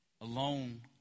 Alone